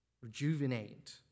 rejuvenate